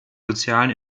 sozialen